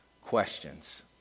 questions